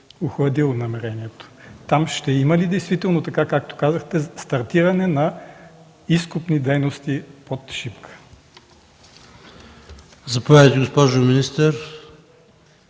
Там ще има ли действително, така както казахте, стартиране на изкопни дейности под Шипка?